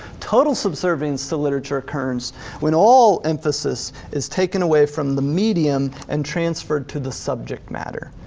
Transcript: total subservience to literature occurs when all emphasis is taken away from the medium and transferred to the subject matter.